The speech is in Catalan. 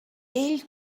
ell